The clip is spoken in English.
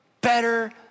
better